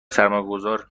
سرمایهگذار